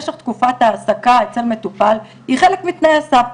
משך תקופת ההעסקה אצל המטופל היא חלק מתנאי הסף,